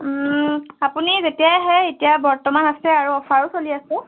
আপুনি যেতিয়াই আহে এতিয়া বৰ্তমান আছে আৰু অফাৰো চলি আছে